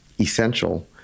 essential